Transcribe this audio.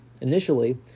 Initially